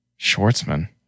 Schwartzman